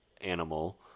animal